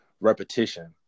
repetition